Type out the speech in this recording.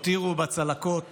שהותירו בה צלקות